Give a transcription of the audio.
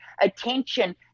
attention